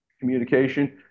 communication